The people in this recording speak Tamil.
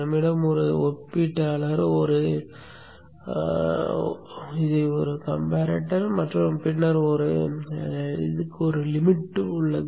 நம்மிடம் ஒரு ஒப்பீட்டாளர் ஒரு ஒப்பீடு மற்றும் பின்னர் ஒரு வரம்பு உள்ளது